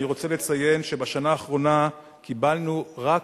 אני רוצה לציין שבשנה האחרונה קיבלנו רק